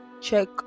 Check